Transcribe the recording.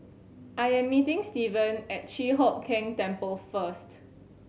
I am meeting Stephen at Chi Hock Keng Temple first